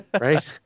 right